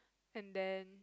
and then